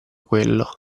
quello